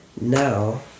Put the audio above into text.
now